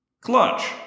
Clutch